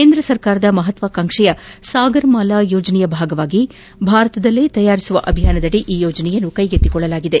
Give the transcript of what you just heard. ಕೇಂದ್ರ ಸರ್ಕಾರದ ಮಹತ್ವಾಕಾಂಕ್ಷೆಯ ಸಾಗರಮಾಲಾ ಯೋಜನೆಯ ಭಾಗವಾಗಿ ಭಾರತದಲ್ಲೇ ತಯಾರಿಸುವ ಅಭಿಯಾನದಡಿ ಈ ಯೋಜನೆಯನ್ನು ಕೈಗೆತ್ತಿಕೊಳ್ಳಲಾಗಿದೆ